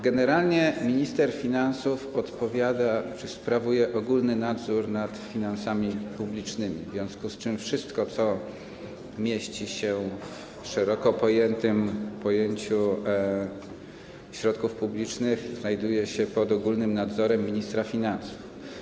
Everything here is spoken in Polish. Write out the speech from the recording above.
Generalnie minister finansów odpowiada za czy sprawuje ogólny nadzór nad finansami publicznymi, w związku z czym wszystko, co mieści się w szeroko rozumianym pojęciu środków publicznych, znajduje się pod ogólnym nadzorem ministra finansów.